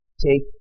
take